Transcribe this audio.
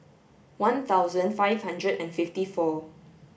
one thousand five hundred and fifty four